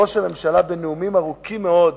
ראש הממשלה, בנאומים ארוכים מאוד,